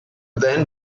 then